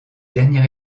dernier